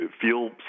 feel